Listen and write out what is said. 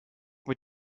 mit